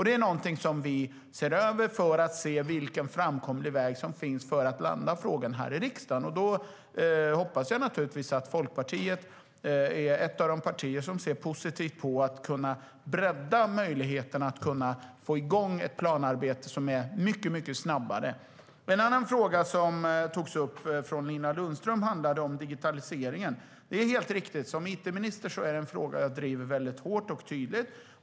Det är någonting som vi ser över för att se vilken framkomlig väg som finns för att landa frågan här i riksdagen. Då hoppas jag naturligtvis att Folkpartiet är ett av de partier som ser positivt på att kunna bredda möjligheten att få igång ett planarbete som är mycket snabbare. En annan fråga som togs upp från Nina Lundström handlade om digitaliseringen. Det är helt riktigt - som it-minister är det en fråga jag driver väldigt hårt och tydligt.